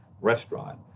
restaurant